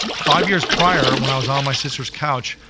five years prior, when i was on my sister's couch,